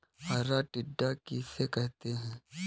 हरा टिड्डा किसे कहते हैं?